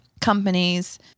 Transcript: companies